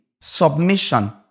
submission